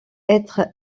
être